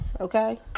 okay